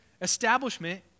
establishment